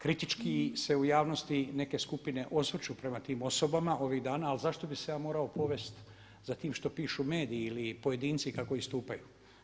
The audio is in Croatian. Kritički se u javnosti neke skupine osvrću prema tim osobama ovih dana ali zašto bih se ja morao povesti za tim što pišu mediji ili pojedinci kako istupaju?